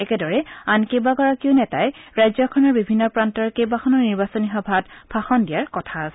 একেদৰে আন কেইবাগৰাকীও নেতাই ৰাজ্যখনৰ বিভিন্ন প্ৰান্তৰ কেইবাখনো নিৰ্বাচনী সভাত ভাষণ দিয়াৰ কথা আছে